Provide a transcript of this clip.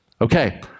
Okay